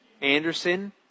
Anderson